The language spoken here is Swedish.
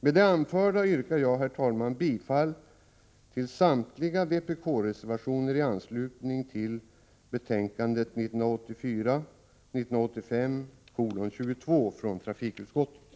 Med det anförda yrkar jag, herr talman, bifall till samtliga vpk-reservationer i anslutning till betänkande 1984/85:22 från trafikutskottet.